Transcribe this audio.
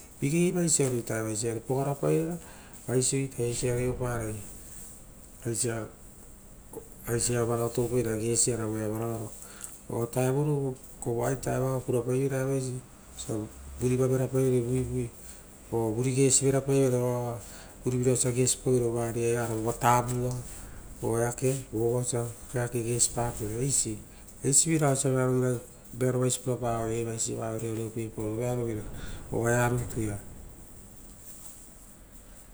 Vigei vaisiaro ita evaisi ari pogarapai rara vaisio ita aisia iava reopara aisia raia evana toupai vera gesira voia vararo, ovirova koroa ita evosi toupai veira osia, vuriva vera paivere vuivai oo vuri gesi veapaivere vosia gesi pauvera vova riauaro, vova tavua oeake vova osia eake gesipare, eisi eisiviraga osia vearovira, vearovaisi pura paroi evaisi iava reoreopaoro vearovira evaea rutu ia.